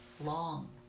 long